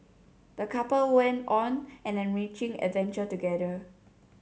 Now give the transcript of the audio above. the couple went on an enriching adventure together